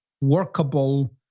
workable